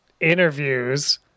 interviews